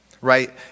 right